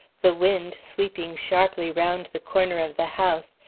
the wind, sweeping sharply round the corner of the house,